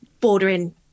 bordering